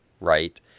right